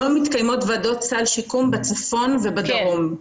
לא מתקיימות ועדות סל שיקום בצפון ובדרום.